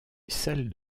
celle